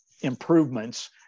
improvements